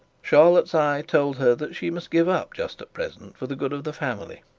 charlotte's eye told her that she must give up just at present for the good of the family,